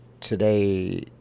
today